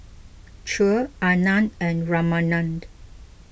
Choor Anand and Ramanand